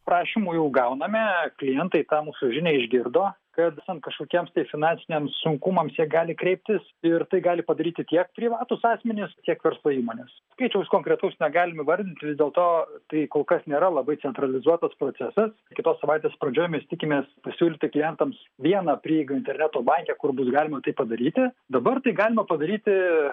prašymų jau gauname klientai tą mūsų žinią išgirdo kad esant kažkokiems tai finansiniams sunkumams jie gali kreiptis ir tai gali padaryti tiek privatūs asmenys tiek verslo įmonės skaičiaus konkretaus negalim įvardinti vis dėlto tai kol kas nėra labai centralizuotas procesas kitos savaitės pradžioj mes tikimės pasiūlyti klientams vieną prieigą interneto banke kur bus galima tai padaryti dabar tai galima padaryti